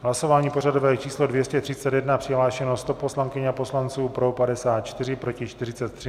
Hlasování pořadové číslo 231, přihlášeno 100 poslankyň a poslanců, pro 54, proti 43.